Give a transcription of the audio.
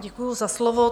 Děkuji za slovo.